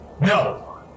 No